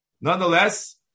Nonetheless